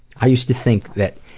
i used to think that